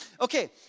Okay